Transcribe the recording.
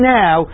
now